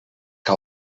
que